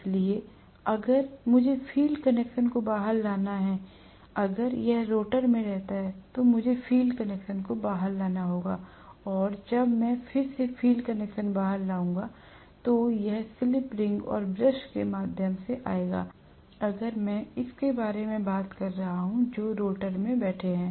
इसलिए अगर मुझे फील्ड कनेक्शन को बाहर लाना है अगर यह रोटर में रहता है तो मुझे फील्ड कनेक्शन को बाहर लाना होगा और जब मैं फिर से फ़ील्ड कनेक्शन बाहर लाऊंगा तो यह स्लिप रिंग और ब्रश के माध्यम से आएगा अगर मैं इसके बारे में बात कर रहा हूं जो रोटर में बैठे है